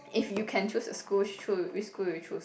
if you can choose a school sho~ which school will you choose